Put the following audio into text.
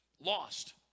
Lost